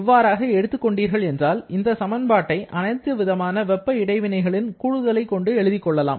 இவ்வாறு எடுத்து கொண்டீர்கள் என்றால் இந்த சமன்பாட்டை அனைத்து விதமான வெப்ப இடைவினைகளின் கூடுதலை கொண்டு எழுதிக் கொள்ளலாம்